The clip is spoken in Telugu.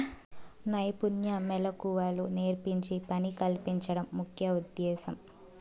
నైపుణ్య మెళకువలు నేర్పించి పని కల్పించడం ముఖ్య ఉద్దేశ్యం